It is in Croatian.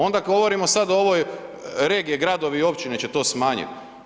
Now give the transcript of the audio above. Onda govorimo sad o ovoj regije, gradovi i općine će to smanjit.